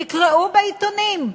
תקראו בעיתונים.